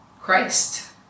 Christ